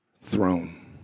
throne